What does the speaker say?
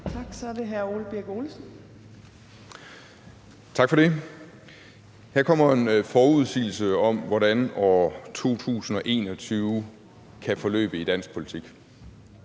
Birk Olesen. Kl. 11:52 Ole Birk Olesen (LA): Tak for det. Her kommer en forudsigelse om, hvordan år 2021 kan forløbe i dansk politik.